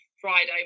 Friday